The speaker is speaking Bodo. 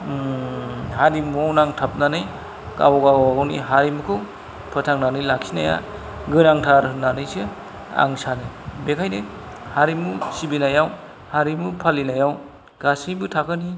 हारिमुआव नांथाबनानै गाव गावबागावनि हारिमुखौ फोथांनानै लाखिनाया गोनांथार होननानैसो आं सानो बेखायनो हारिमु सिबिनायाव हारिमु फालिनायाव गासैबो थाखोनि